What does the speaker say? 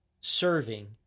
Serving